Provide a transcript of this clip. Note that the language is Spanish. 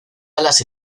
alas